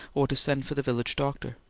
or to send for the village doctor.